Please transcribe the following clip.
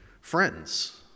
friends